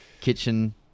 kitchen